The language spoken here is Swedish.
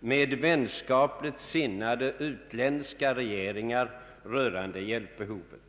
med ”vänskapligt sinnade utländska regeringar” rörande hjälpbehovet.